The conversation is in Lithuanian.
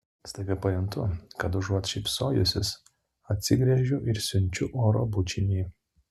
staiga pajuntu kad užuot šypsojusis atsigręžiu ir siunčiu oro bučinį